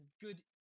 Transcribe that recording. good